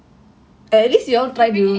we freaking editted the video some more